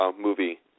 movie